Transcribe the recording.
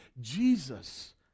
Jesus